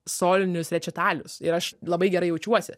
solinius rečitalius ir aš labai gerai jaučiuosi